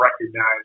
recognize